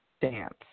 dance